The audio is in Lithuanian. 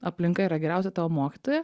aplinka yra geriausia tavo mokytoja